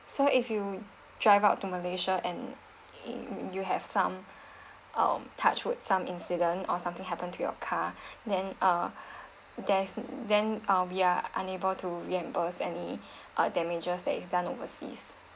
so if you drive out to malaysia and you have some um touch with some incident or something happen to your car then uh there's then uh we are unable to reimburse any uh damages that you've done overseas